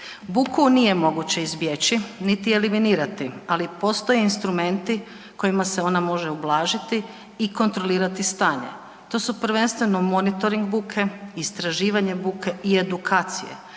Buku nije moguće izbjeći niti je eliminirati, ali postoje instrumenti kojima se ona može ublažiti i kontrolirati stanje, to su prvenstveno monitoring buke, istraživanje buke i edukacije